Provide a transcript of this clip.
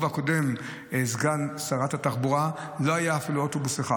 הקודם סגן שרת התחבורה לא היה אפילו אוטובוס אחד.